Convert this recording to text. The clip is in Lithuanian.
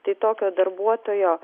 tai tokio darbuotojo